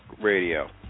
Radio